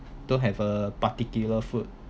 don't have a particular food